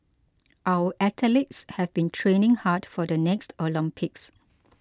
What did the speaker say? our athletes have been training hard for the next Olympics